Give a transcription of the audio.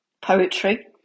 poetry